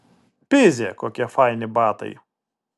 pizė kokie faini batai